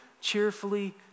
cheerfully